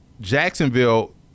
Jacksonville –